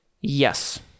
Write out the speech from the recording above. Yes